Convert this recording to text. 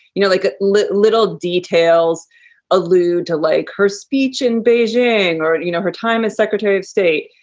you know, like ah little little details allude to, like her speech in beijing or you know her time as secretary of state.